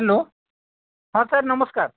hello ହଁ sir ନମସ୍କାର